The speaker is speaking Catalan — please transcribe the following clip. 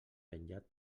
penjat